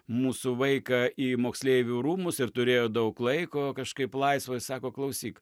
mūsų vaiką į moksleivių rūmus ir turėjo daug laiko kažkaip laisvai sako klausyk